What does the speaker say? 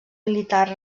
militars